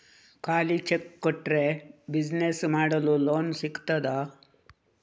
ಖಾಲಿ ಚೆಕ್ ಕೊಟ್ರೆ ಬಿಸಿನೆಸ್ ಮಾಡಲು ಲೋನ್ ಸಿಗ್ತದಾ?